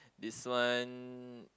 this one